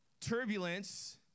Turbulence